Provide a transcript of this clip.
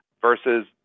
versus